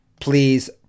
Please